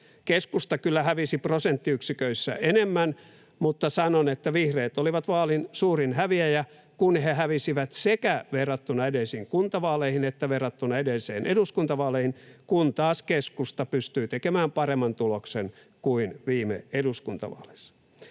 Keskusta kyllä hävisi prosenttiyksiköissä enemmän, mutta sanon, että vihreät olivat vaalin suurin häviäjä, kun he hävisivät sekä verrattuna edellisiin kuntavaaleihin että verrattuna edellisiin eduskuntavaaleihin, kun taas keskusta pystyi tekemään paremman tuloksen kuin viime eduskuntavaaleissa.